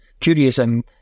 Judaism